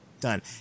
done